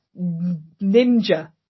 ninja